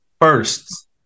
first